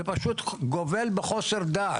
זה פשוט גובל בחוסר דעת.